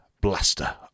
blaster